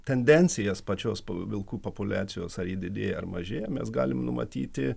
tendencijas pačios vilkų populiacijos ar ji didėja ar mažėja mes galim numatyti